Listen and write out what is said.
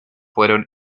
fueron